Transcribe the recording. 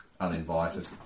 uninvited